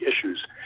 issues